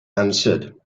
answered